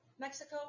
Mexico